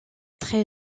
très